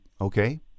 okay